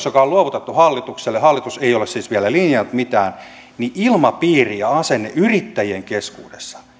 joka on luovutettu hallitukselle hallitus ei ole siis vielä linjannut mitään myötä ilmapiiri ja asenne yrittäjien keskuudessa